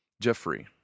Jeffrey